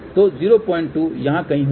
तो 02 यहाँ कहीं होगा